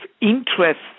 interest